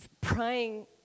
praying